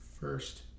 First